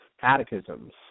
Catechisms